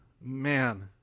man